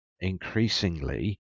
increasingly